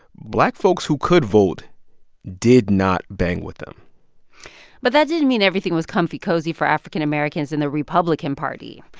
black folks who could vote did not bang with them but that didn't mean everything was comfy cozy for african americans in the republican party.